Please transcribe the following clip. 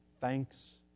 Thanks